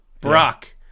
Brock